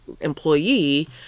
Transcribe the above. employee